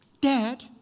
Dad